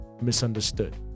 misunderstood